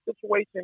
situation